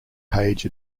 page